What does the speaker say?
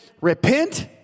repent